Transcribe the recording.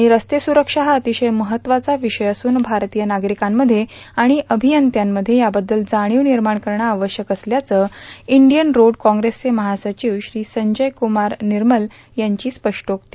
रस्ते सुरक्षा हा अतिशय महत्वाचा विषय असून भारतीय नागरिकांमध्ये आणि अभियंत्यांमध्ये याबद्दल जाणीव निर्माण करणं आवश्यक असल्याचं इंडियन रोड काँग्रेसचे महासचिव श्री संजयक्रमार निर्मल यांची स्पष्टोक्ती